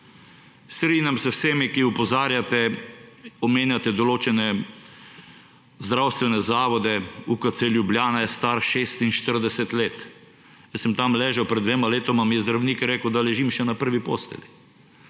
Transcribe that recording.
Strinjam se z vsemi, ki opozarjate, omenjate določene zdravstvene zavode, UKC Ljubljana je star 46 let. Jaz sem tam ležal pred dvema letoma, mi je zdravnik rekel, da ležim še na prvi postelji.